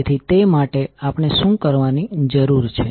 તેથી તે માટે આપણે શું કરવાની જરૂર છે